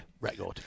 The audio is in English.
record